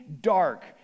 dark